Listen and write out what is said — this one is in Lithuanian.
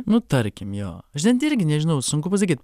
nu tarkim jo žinot irgi nežinau sunku pasakyt